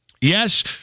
Yes